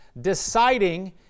deciding